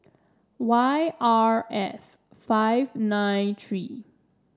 Y R F five nine three